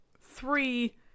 three